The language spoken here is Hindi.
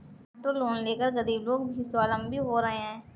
ऑटो लोन लेकर गरीब लोग भी स्वावलम्बी हो रहे हैं